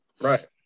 Right